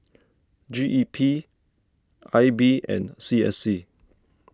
G E P I B and C S C